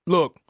Look